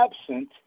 absent